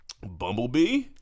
Bumblebee